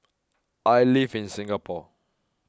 I live in Singapore